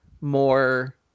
more